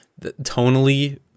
tonally